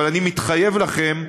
אבל אני מתחייב לכם,